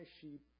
sheep